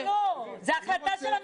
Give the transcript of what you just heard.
יוראי, זו לא החלטה שלו, זו החלטה של המשרד.